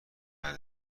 بعد